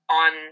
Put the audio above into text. on